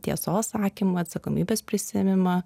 tiesos sakymą atsakomybės prisiėmimą